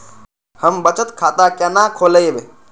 हम बचत खाता केना खोलैब?